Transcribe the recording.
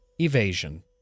Evasion